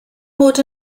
mod